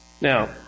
Now